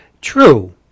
True